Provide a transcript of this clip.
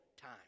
time